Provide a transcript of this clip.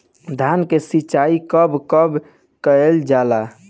धान के सिचाई कब कब कएल जाला?